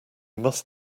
must